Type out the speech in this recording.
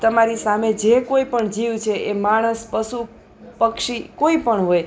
તમારી સામે જે કોઈ પણ જીવ છે એ માણસ પશુ પક્ષી કોઈ પણ હોય